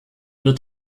wird